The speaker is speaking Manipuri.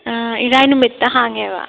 ꯏꯔꯥꯏ ꯅꯨꯃꯤꯠꯇ ꯍꯥꯡꯉꯦꯕ